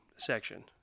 section